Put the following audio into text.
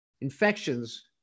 infections